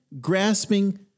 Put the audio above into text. Grasping